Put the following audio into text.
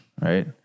right